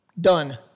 Done